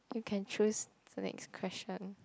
you can choose the next question